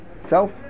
self